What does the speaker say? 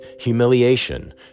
humiliation